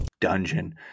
Dungeon